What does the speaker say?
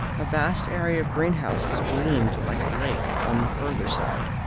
a vast area of greenhouses gleamed like a lake on the further side,